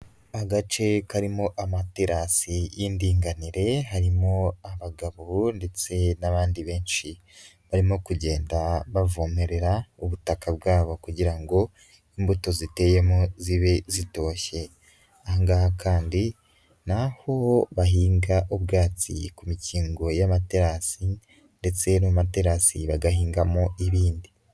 Agace karimo amaterasi y'indinganire harimo abagabo ndetse n'abandi benshi barimo kugenda bavomerera ubutaka bwabo kugira ngo imbuto ziteyemo zibe zitoshye, aha ngaha kandi ni aho bahinga ubwatsi ku mikingo y'amaterasi ndetse no mu materasi bagahingamo ibindi.